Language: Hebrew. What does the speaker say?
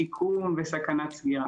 שיקום וסכנת סגירה.